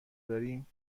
داریم